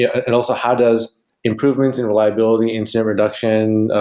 and also how does improvements, and reliability incident reduction,